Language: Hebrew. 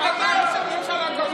תתבייש לך.